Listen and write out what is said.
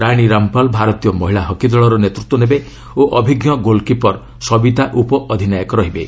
ରାଣୀ ରାମ୍ପାଲ୍ ଭାରତୀୟ ମହିଳା ହକି ଦଳର ନେତୃତ୍ୱ ନେବେ ଓ ଅଭିଜ୍ଞ ଗୋଲ୍କିପର ସବିତା ଉପ ଅଧ୍ୟନାୟକ ରହିବେ